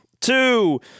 Two